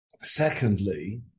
secondly